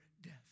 death